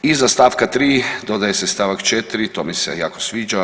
Iza stavka tri dodaje se stavak 4. To mi se jako sviđa.